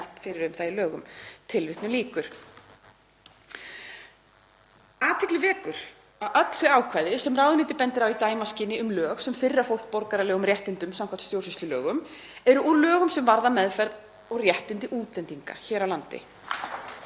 fyrir um það í lögum.“ Athygli vekur að öll þau ákvæði sem ráðuneytið bendir á í dæmaskyni um lög sem firra fólk borgaralegum réttindum samkvæmt stjórnsýslulögum eru úr lögum sem varða meðferð og réttindi útlendinga hér á landi.